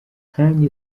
nkajye